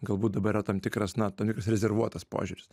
galbūt dabar yra tam tikras na tam tikras rezervuotas požiūris